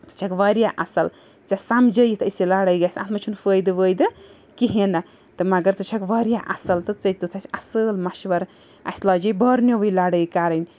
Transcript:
ژٕ چھَکھ واریاہ اَصٕل ژےٚ سَمجھٲیِتھ أسۍ یہِ لَڑٲے گَژھِ اَتھ منٛز چھُنہٕ فٲیدٕ وٲیدٕ کِہیٖنۍ نہٕ تہٕ مگر ژٕ چھَکھ واریاہ اَصٕل تہٕ ژےٚ دیُتُتھ اَسہِ اَصٕل مَشوَر اَسہِ لاجے بارنیووٕے لَڑٲے کَرٕنۍ